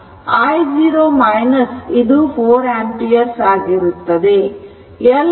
i0 ಇದು 4 ampere ಆಗಿರುತ್ತದೆ